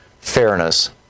fairness